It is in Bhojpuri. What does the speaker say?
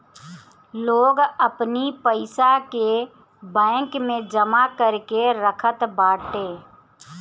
लोग अपनी पईसा के बैंक में जमा करके रखत बाटे